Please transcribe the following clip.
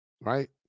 right